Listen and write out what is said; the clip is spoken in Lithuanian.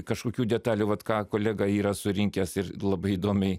kažkokių detalių vat ką kolega yra surinkęs ir labai įdomiai